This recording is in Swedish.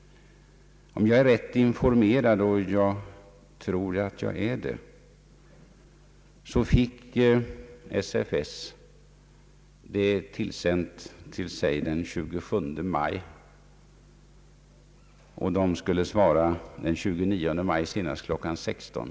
Om jag är rätt informerad, och jag tror att jag är det, så fick SFS ett utkast den 27 maj och skulle svara den 29 maj senast kl. 16.